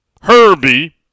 Herbie